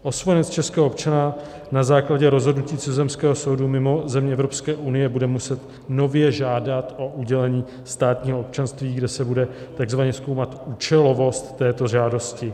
Osvojenec českého občana na základě rozhodnutí cizozemského soudu mimo země Evropské unie bude muset nově žádat o udělení státního občanství, kde se bude takzvaně zkoumat účelovost této žádosti.